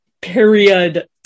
period